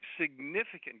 significant